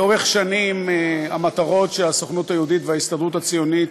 לאורך שנים המטרות שהסוכנות היהודית וההסתדרות הציונית